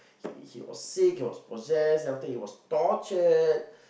he he he was sick he was possessed then after that he was tortured